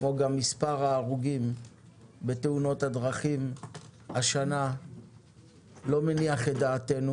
כמו גם מספר ההרוגים בתאונות דרכים השנה לא מניח את דעתנו